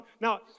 Now